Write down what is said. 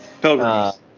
Pilgrims